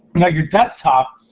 now your desktop,